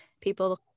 people